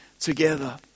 together